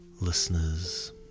listeners